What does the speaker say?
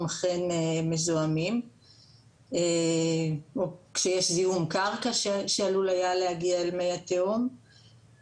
אכן מזוהמים או כשיש זיהום קרקע שעלול היה להגיע אל מי התהום.